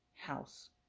house